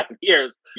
years